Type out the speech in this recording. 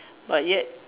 but yet